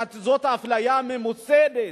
זו אפליה ממוסדת,